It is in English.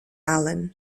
alan